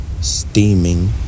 steaming